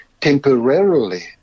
temporarily